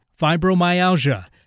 fibromyalgia